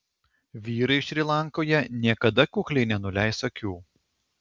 vyrai šri lankoje niekada kukliai nenuleis akių